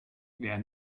wer